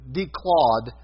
declawed